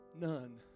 None